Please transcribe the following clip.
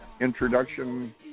introduction